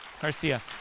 Garcia